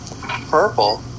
purple